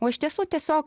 o iš tiesų tiesiog